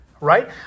right